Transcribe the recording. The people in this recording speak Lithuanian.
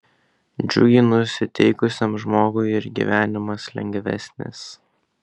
džiugiai nusiteikusiam žmogui ir gyvenimas lengvesnis